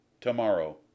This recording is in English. tomorrow